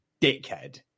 dickhead